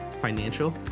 financial